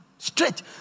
Straight